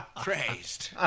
praised